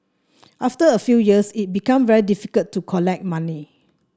after a few years it became very difficult to collect money